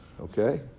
Okay